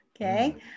Okay